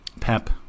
pep